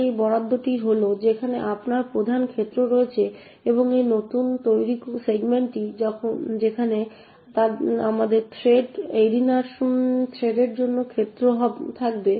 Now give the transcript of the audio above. তাই এই বরাদ্দটি হল যেখানে আপনার প্রধান ক্ষেত্র রয়েছে এবং এই নতুন তৈরি সেগমেন্টটি যেখানে আমাদের থ্রেড এরিনার থ্রেডের জন্য ক্ষেত্র থাকবে